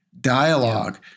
dialogue